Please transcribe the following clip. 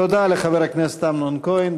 תודה לחבר הכנסת אמנון כהן.